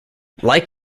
like